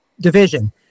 division